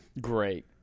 Great